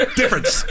difference